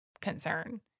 concern